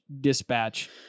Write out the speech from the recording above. dispatch